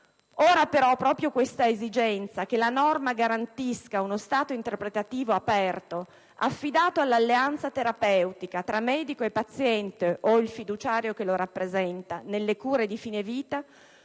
Ora, però, proprio questa giusta esigenza, che la norma garantisca uno stato interpretativo aperto, affidato all'alleanza terapeutica tra medico e paziente (ovvero il fiduciario che lo rappresenta) nelle cure di fino vita,